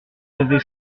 devait